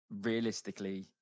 realistically